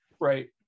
right